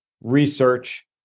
research